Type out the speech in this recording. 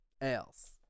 else